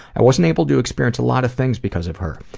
i wasn't able to experience a lot of things because of her.